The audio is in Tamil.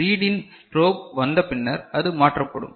READ IN ஸ்ட்ரோப் வந்த பின்னர் அது மாற்றப்படும்